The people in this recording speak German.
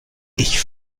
ich